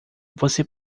você